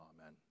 Amen